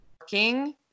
working